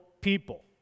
people